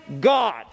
God